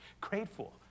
grateful